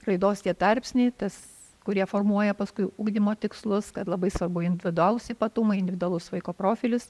raidos tie tarpsniai tas kurie formuoja paskui ugdymo tikslus kad labai svarbu individualūs ypatumai individualus vaiko profilis